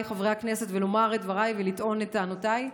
חברי הכנסת ולומר את דבריי ולטעון את טענותיי,